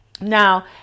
Now